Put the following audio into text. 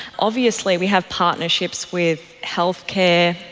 obviously we have partnerships with healthcare,